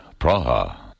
Praha